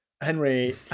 Henry